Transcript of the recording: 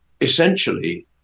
essentially